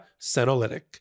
Senolytic